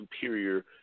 superior